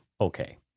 okay